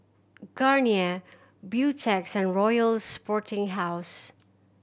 Garnier Beautex and Royal Sporting House